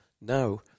now